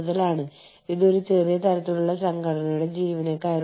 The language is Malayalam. കൂടാതെ അത് നിങ്ങളുടെ കമ്പനിയുമായി സംയോജിപ്പിക്കുക